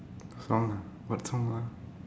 song ah what song ah